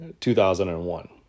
2001